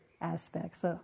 aspects